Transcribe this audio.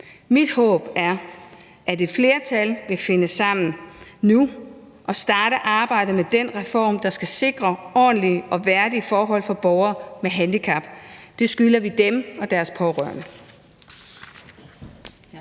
Mit håb er, at et flertal vil finde sammen nu og starte arbejdet med den reform, der skal sikre ordentlige og værdige forhold for borgere med handicap. Det skylder vi dem og deres pårørende.